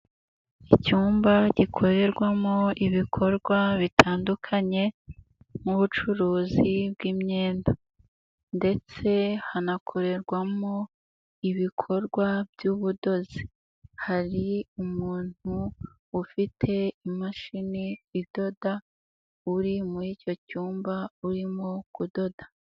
Icyumba gikorerwamo ibikorwa bitandukanye nk'ubucuruzi bw'imyenda ndetse hanakorerwamo ibikorwa by'ubudozi, hari umuntu ufite imashini idoda uri muri icyo cyumba urimo kudoda.